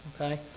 okay